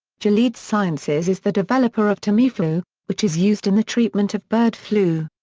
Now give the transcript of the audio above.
gilead sciences is the developer of tamiflu, which is used in the treatment of bird flu.